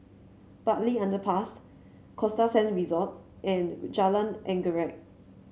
Bartley Underpass Costa Sand Resort and Jalan Anggerek